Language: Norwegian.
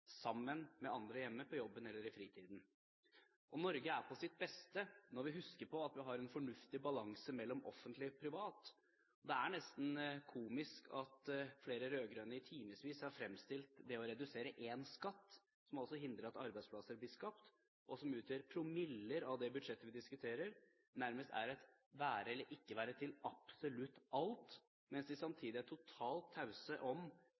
sammen med andre, hjemme, på jobben eller i fritiden. Norge er på sitt beste når vi husker på at vi har en fornuftig balanse mellom offentlig og privat. Det er nesten komisk at flere rød-grønne i timevis har fremstilt det å redusere én skatt, som altså hindrer at arbeidsplasser blir skapt, og som utgjør promiller av det budsjettet vi diskuterer, nærmest til et være eller ikke være til absolutt alt, mens de samtidig er totalt tause om